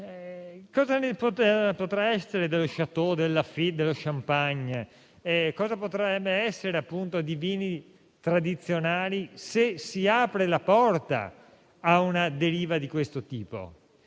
Cosa potrebbe essere dello Château Lafite o dello Champagne? Cosa potrebbe essere dei vini tradizionali, se si apre la porta a una deriva di questo tipo?